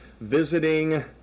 visiting